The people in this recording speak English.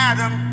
Adam